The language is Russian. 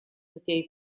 хотя